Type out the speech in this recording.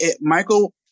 Michael